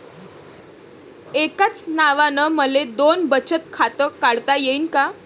एकाच नावानं मले दोन बचत खातं काढता येईन का?